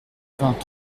vingt